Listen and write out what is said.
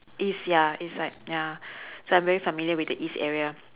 east ya east side ya so I'm very familiar with the east area